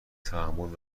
تعامل